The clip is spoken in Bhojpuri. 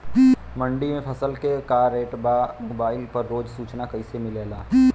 मंडी में फसल के का रेट बा मोबाइल पर रोज सूचना कैसे मिलेला?